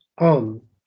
on